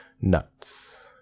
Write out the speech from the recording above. Nuts